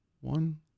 one